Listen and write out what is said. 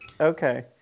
Okay